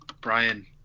Brian